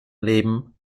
leben